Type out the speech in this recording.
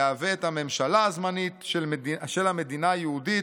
יהווה את הממשלה הזמנית של המדינה היהודית,